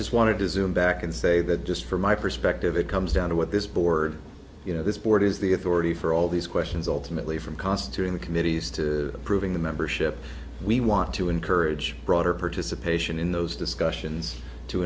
just wanted to zoom back and say that just from my perspective it comes down to what this board you know this board is the authority for all these questions ultimately from constituting the committees to approving the membership we want to encourage broader participation in those discussions to